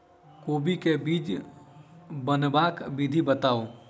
कोबी केँ बीज बनेबाक विधि बताऊ?